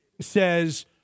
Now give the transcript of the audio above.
says